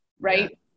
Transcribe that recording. right